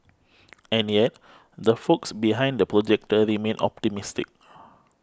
and yet the folks behind The Projector remain optimistic